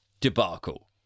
debacle